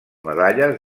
medalles